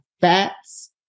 fats